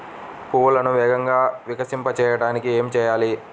పువ్వులను వేగంగా వికసింపచేయటానికి ఏమి చేయాలి?